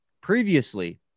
Previously